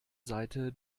seite